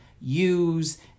use